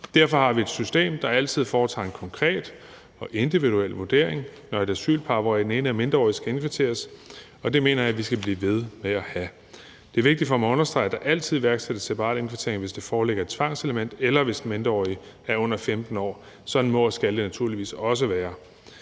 derfor har vi et system, der altid foretager en konkret og individuel vurdering, når et asylpar, hvor den ene er mindreårig, skal indkvarteres, og det mener jeg vi skal blive ved med at have. Det er vigtigt for mig at understrege, at der altid iværksættes separat indkvartering, hvis der foreligger et tvangselement, eller hvis den mindreårige er under 15 år. Sådan må og skal det naturligvis også være.